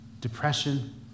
depression